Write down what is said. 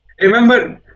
remember